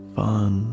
fun